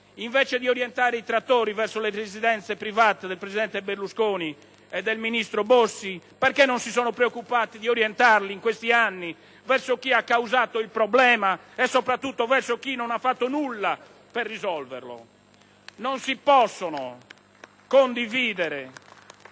Invece di orientare i trattori verso le residenze private del presidente Berlusconi e del ministro Bossi, perché non si sono preoccupati di orientarli, in questi anni, verso chi ha causato il problema e, soprattutto, verso chi non ha fatto nulla per risolverlo? *(Applausi dal